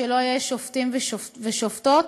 שלא יהיו שופטים ושופטות.